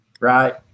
right